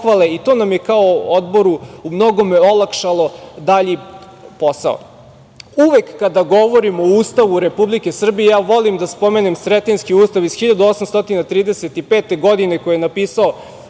i to nam je kao Odboru u mnogome olakšalo dalji posao. Uvek kada govorimo o Ustavu Republike Srbije ja volim da spomenem Sretenjski ustav iz 1835. godine koji je napisao